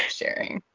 sharing